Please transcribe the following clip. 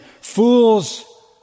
Fools